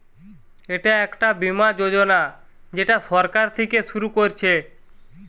এটা একটা বীমা যোজনা যেটা সরকার থিকে শুরু করছে